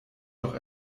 doch